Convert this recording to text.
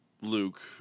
Luke